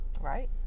Right